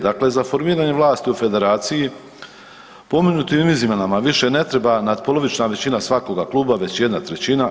Dakle, za formiranje vlasti u Federaciji, pomenutim izmjenama više ne treba natpolovična većina svakoga kluba već 1/